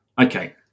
okay